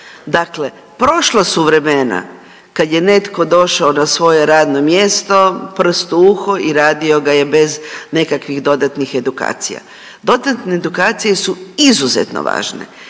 Dakle prošla su vremena kad je netko došao na svoje radno mjesto, prst u uho i radio ga je bez nekakvih dodatnih edukacija, dodatne edukacije su izuzetno važno,